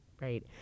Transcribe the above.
right